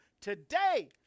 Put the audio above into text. today